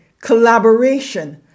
collaboration